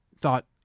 thought